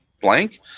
blank